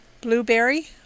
Blueberry